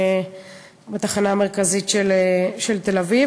בתחנה המרכזית של תל-אביב.